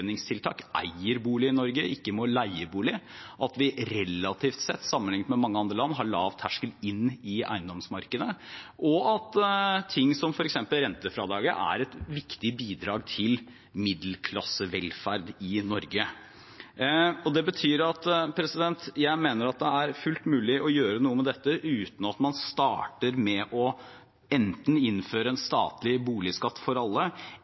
eier bolig i Norge og ikke må leie bolig, at vi relativt sett, sammenliknet med mange andre land, har lav terskel inn i eiendomsmarkedet, og at ting som f.eks. rentefradraget er et viktig bidrag til middelklassevelferd i Norge. Det betyr at jeg mener det er fullt mulig å gjøre noe med dette uten at man enten starter med å innføre en statlig boligskatt for alle